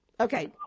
Okay